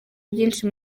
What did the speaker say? byinshi